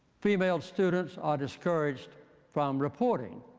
female students are discouraged from reporting